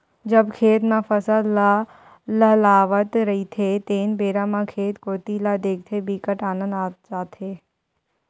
जब खेत म फसल ल लहलहावत रहिथे तेन बेरा म खेत कोती ल देखथे बिकट आनंद आ जाथे